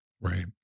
Right